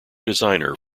designer